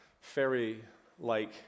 fairy-like